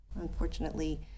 Unfortunately